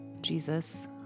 Jesus